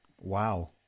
Wow